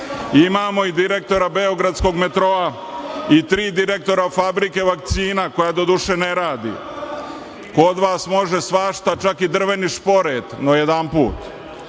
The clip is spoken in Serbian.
Imamo i direktora beogradskog metroa i tri direktora fabrike vakcina, koja doduše ne radi. Kod vas može svašta, čak i drveni šporet. Srpska